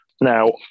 Now